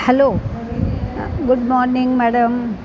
hello good morning madam